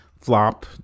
flop